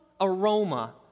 aroma